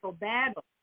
battle